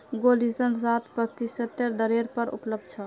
gold ऋण सात प्रतिशतेर दरेर पर उपलब्ध छ